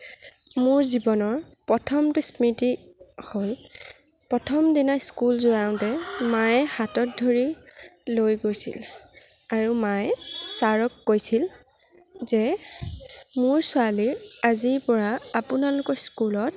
মোৰ জীৱনৰ প্ৰথমটো স্মৃতি হ'ল প্ৰথমদিনা স্কুল যাওঁতে মায়ে হাতত ধৰি লৈ গৈছিল আৰু মায়ে ছাৰক কৈছিল যে মোৰ ছোৱালীৰ আজিৰ পৰা আপোনালোকৰ স্কুলত